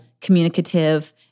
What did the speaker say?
communicative